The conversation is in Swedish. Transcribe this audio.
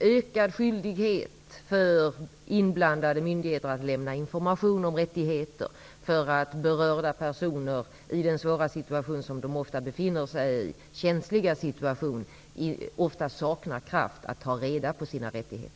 ökad skyldighet för inblandade myndigheter att lämna information om rättigheter, därför att berörda personer i den svåra och känsliga situation som de ofta befinner sig i ofta saknar kraft att ta reda på sina rättigheter.